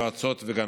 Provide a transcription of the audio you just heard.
יועצות וגננות.